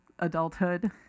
adulthood